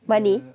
money